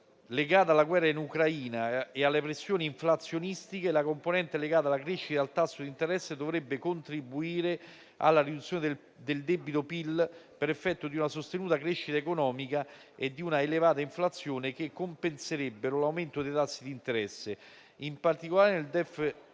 legato alla guerra in Ucraina e alle pressioni inflazionistiche, la componente legata alla crescita del tasso d'interesse dovrebbe contribuire alla riduzione del rapporto debito-PIL per effetto di una sostenuta crescita economica e di un'elevata inflazione, che compenserebbero l'aumento dei tassi di interesse. In particolare, nel 2023